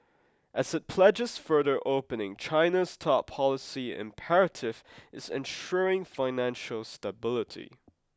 as it pledges further opening China's top policy imperative is ensuring financial stability